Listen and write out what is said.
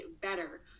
better